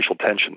tension